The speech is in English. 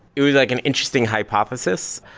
it was like an interesting hypothesis.